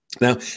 Now